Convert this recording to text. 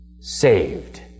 saved